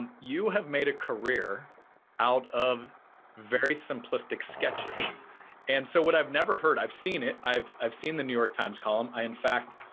um you have made a career out of very simplistic sketches and so what i've never heard, i've seen it. i've i've seen the new york times column. i, in fact,